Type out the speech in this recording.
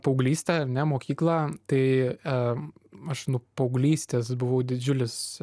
paauglystę ar ne mokykla tai aš nuo paauglystės buvau didžiulis